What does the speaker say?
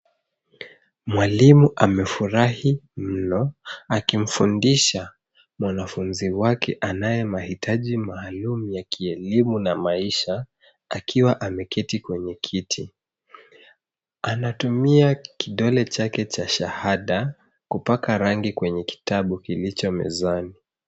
Mwalimu amefurahi mno, akimfundisha mwanafunzi wake, anaye mahitaji maalumu ya kielimu na maisha , akiwa ameketi kwenye kiti. Anatumia kidole chake cha shahada, kupaka rangi kwenye kitabu kilicho mezani.